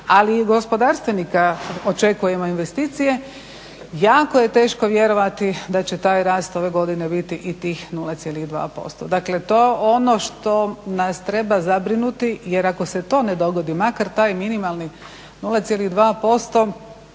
ali i gospodarstvenika očekujemo investicije jako je teško vjerovati da će taj rast ove godine biti i tih 0,2%. Dakle, to je ono što nas treba zabrinuti. Jer ako se to ne dogodi makar taj minimalni 0,2%,